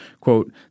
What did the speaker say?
quote